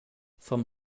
vom